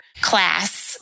class